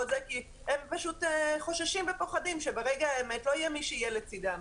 כי הם פשוט חוששים ופוחדים שברגע האמת לא יהיה מי שיהיה לצדם.